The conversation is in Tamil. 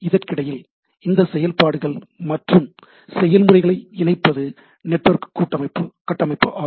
இதற்கிடையில் இந்த செயல்பாடுகள் மற்றும் நெறிமுறைகளை இணைப்பது நெட்வொர்க் கட்டமைப்பு ஆகும்